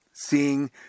seeing